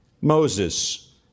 Moses